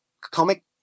comic